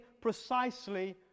precisely